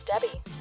Debbie